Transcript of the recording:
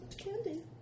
candy